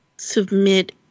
submit